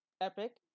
Epic